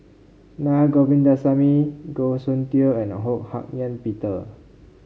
Naa Govindasamy Goh Soon Tioe and Ho Hak Ean Peter